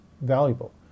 valuable